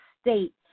state